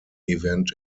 event